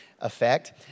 effect